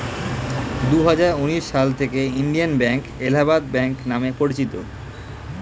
দুহাজার উনিশ সাল থেকে ইন্ডিয়ান ব্যাঙ্ক এলাহাবাদ ব্যাঙ্ক নাম পরিচিত